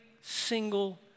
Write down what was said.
single